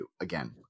Again